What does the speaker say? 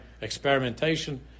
experimentation